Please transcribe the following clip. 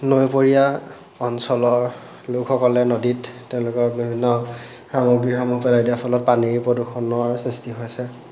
নৈপৰীয়া অঞ্চলৰ লোকসকলে নদীত তেওঁলোকৰ বিভিন্ন সামগ্ৰীসমূহ পেলাই দিয়াৰ ফলত পানী প্ৰদূষণৰ সৃষ্টি হৈছে